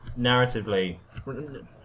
narratively